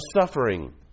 suffering